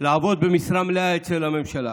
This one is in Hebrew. ולעבוד במשרה מלאה אצל הממשלה,